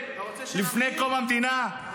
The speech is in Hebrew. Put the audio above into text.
לפני קום המדינה?